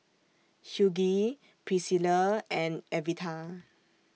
Hughey Pricilla and Evita